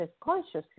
consciously